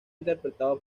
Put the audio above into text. interpretado